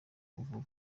vuba